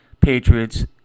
patriots